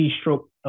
stroke